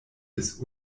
bis